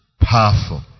powerful